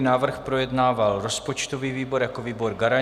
Návrh projednával rozpočtový výbor jako výbor garanční.